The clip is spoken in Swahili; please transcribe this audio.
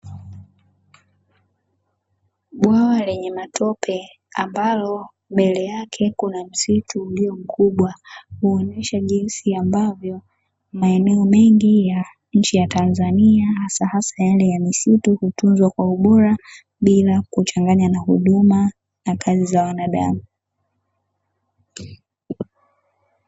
Bwawa lenye matope ambalo mbele yake kuna msitu ulio mkubwa, huonyesha jinsi ambavyo maeneo mengi ya nchi ya Tanzania hasahasa yale ya misitu hutunzwa kwa ubora bila kuchanganya huduma na kazi za wanadamu.